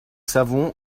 savons